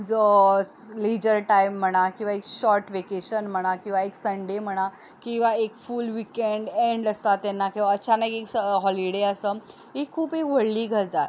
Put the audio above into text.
जो leisure time म्हणा किंवां एक शॉर्ट वेकेशन म्हणा किंवां एक सन्डे म्हणा किंवां एक फूल विकॅंड अॅन्ड आसता तेन्ना किंवां जेन्ना एक हॉलिडे आसा ही खूब एक व्हडली गजाल